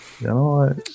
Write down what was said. No